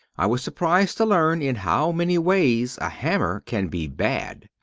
i was surprised to learn in how many ways a hammer can be bad.